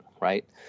Right